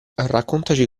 raccontaci